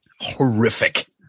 horrific